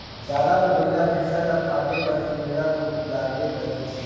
गाड़ा मे बइला भइसा ल फादे बर सुमेला दो लागबे करही